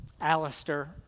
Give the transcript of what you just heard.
Alistair